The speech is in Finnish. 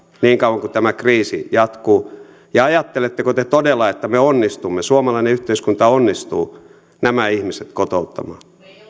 niin kauan kuin tämä kriisi jatkuu ja ajatteletteko te todella että suomalainen yhteiskunta onnistuu nämä ihmiset kotouttamaan